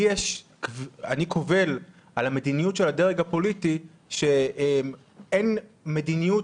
אני קובל על המדיניות של הדרג הפוליטי שאין מדיניות